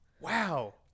Wow